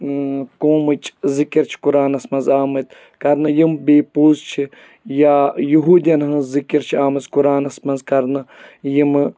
قومٕچ ذِکِر چھِ قُرانَس منٛز آمٕتۍ کَرنہٕ یِم بیٚیہِ پوٚز چھِ یا یُہودیٚن ہٕنٛز ذِکِر چھِ آمٕژ قُرانَس منٛز کَرنہٕ یِمہٕ